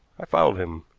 i followed him.